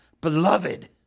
Beloved